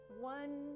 one